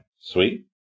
Sweet